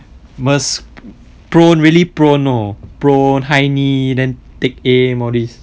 must prone really prone know prone high knee then take aim all these